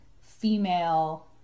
female